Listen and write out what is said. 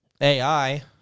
AI